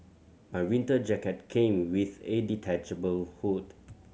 my winter jacket came with a detachable hood